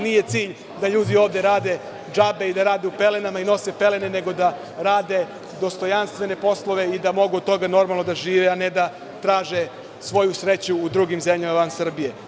Nije cilj da ljudi ovde rade džabe i da rade u pelenama i nose pelene, nego da rade dostojanstvene poslove i da mogu od toga normalno da žive, a ne da traže svoju sreću u drugim zemljama van Srbije.